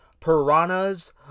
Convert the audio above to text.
Piranhas